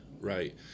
right